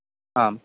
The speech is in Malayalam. ആ